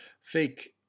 fake